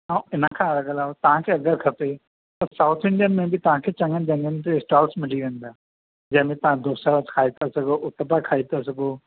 ऐं हिन खां अलावा तव्हांखे अगरि खपे त साउथ इंडियन में बि तव्हांखे चङनि जॻहिनि ते स्टॉल्स मिली वेंदा जंहिंमें तव्हां डोसा खाए था सघो उत्तपम खाए था सघो